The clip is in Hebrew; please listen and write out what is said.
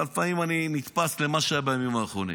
אבל לפעמים אני נתפס למה שהיה בימים האחרונים.